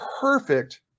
perfect